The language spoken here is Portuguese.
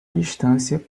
distância